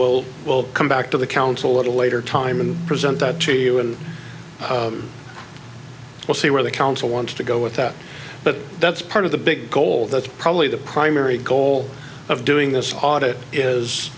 we'll welcome back to the council at a later time and present that to you and we'll see where the council wants to go with that but that's part of the big goal that's probably the primary goal of doing this audit is